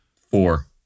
Four